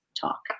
talk